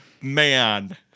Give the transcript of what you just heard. Man